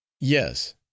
yes